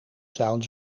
zouden